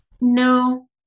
No